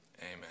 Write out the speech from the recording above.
amen